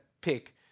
pick